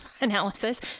analysis